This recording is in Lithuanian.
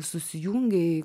susijungė į